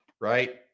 right